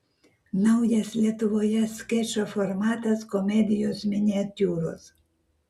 naujas lietuvoje skečo formatas komedijos miniatiūros